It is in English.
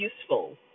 useful